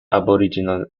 aboriginal